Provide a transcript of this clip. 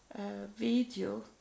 video